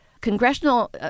Congressional